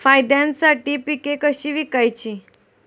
फायद्यासाठी पिके कशी विकायची?